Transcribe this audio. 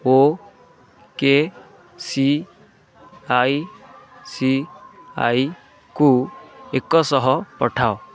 ଓକେସିଆଇସିଆଇକୁ ଏକଶହ ପଠାଅ